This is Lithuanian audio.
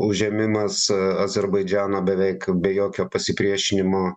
užėmimas azerbaidžano beveik be jokio pasipriešinimo